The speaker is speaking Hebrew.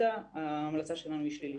ההמלצה שלנו שלילית.